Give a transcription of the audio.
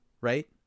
right